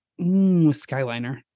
Skyliner